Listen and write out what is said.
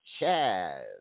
Chaz